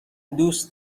دوست